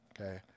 okay